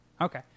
Okay